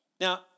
Now